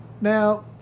Now